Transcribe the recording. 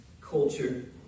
culture